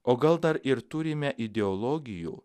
o gal dar ir turime ideologijų